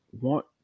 want